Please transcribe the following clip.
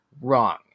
wrong